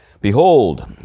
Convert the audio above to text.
Behold